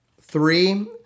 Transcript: three